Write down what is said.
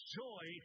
joy